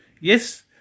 Yes